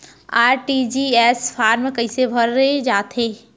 RTGS form कइसे भरे जाथे?